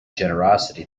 generosity